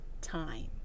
time